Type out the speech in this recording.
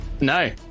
No